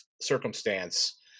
circumstance